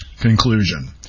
Conclusion